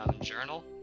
journal